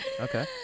Okay